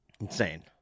Insane